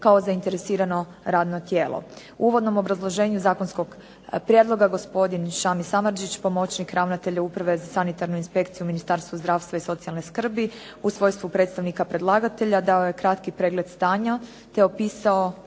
kao zainteresirano radno tijelo. U uvodnom obrazloženju zakonskog prijedloga gospodin Sami Samardžić pomoćnik ravnatelja Uprave za sanitarnu inspekciju Ministarstva zdravstva i socijalne skrbi u svojstvu predstavnika predlagatelja, dao je kratki pregled stanja te opisao